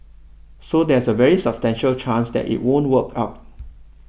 so there's a very substantial chance that it won't work out